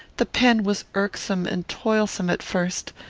the pen was irksome and toilsome at first,